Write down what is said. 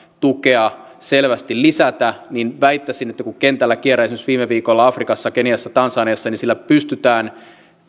tukea selvästi lisätä väittäisin kun kentällä kierrän esimerkiksi viime viikolla afrikassa keniassa ja tansaniassa että sillä pystytään